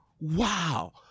wow